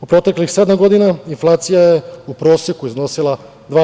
U proteklih sedam godina inflacija je u proseku iznosila 2%